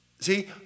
See